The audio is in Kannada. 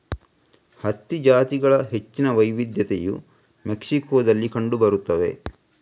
ಹತ್ತಿ ಜಾತಿಗಳ ಹೆಚ್ಚಿನ ವೈವಿಧ್ಯತೆಯು ಮೆಕ್ಸಿಕೋದಲ್ಲಿ ಕಂಡು ಬರುತ್ತದೆ